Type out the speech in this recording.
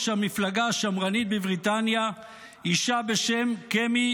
המפלגה השמרנית בבריטניה אישה בשם קמי